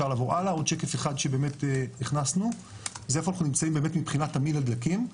עוד שקף אחד שהכנסנו זה איפה אנחנו נמצאים מבחינת תמהיל הדלקים.